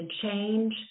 change